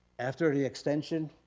after the extension